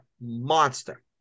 monster